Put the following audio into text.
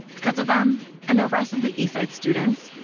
because of them and the rest of the eastside students,